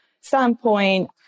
standpoint